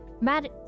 Mad